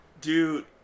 Dude